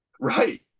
Right